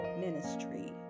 Ministry